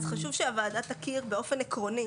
אז חשוב שהוועדה תכיר באופן עקרוני: